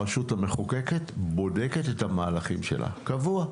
הרשות המחוקקת בודקת את המהלכים שלה קבוע,